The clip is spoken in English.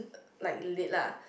like lit lah